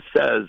says